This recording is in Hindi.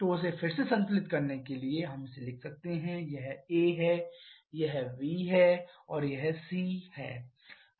तो इसे फिर से संतुलित करने के लिए हम इसे लिख सकते हैं यह a है यह b हैं और यह c है